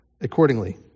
accordingly